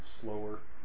slower